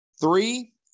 Three